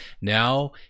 now